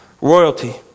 Royalty